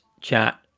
chat